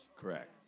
Correct